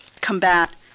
combat